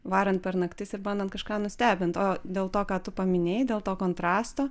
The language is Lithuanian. varant per naktis ir bandant kažką nustebint o dėl to ką tu paminėjai dėl to kontrasto